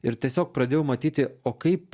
ir tiesiog pradėjau matyti o kaip